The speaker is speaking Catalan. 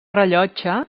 rellotge